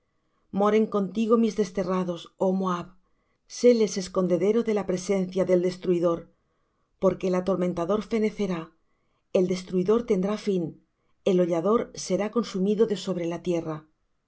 moren contigo mis desterrados oh moab séles escondedero de la presencia del destruidor porque el atormentador fenecerá el destruidor tendrá fin el hollador será consumido de sobre la tierra